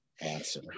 answer